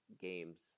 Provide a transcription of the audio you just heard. games